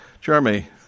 Jeremy